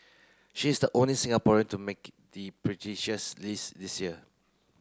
she is the only Singaporean to make the prestigious list this year